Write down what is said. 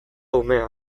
umea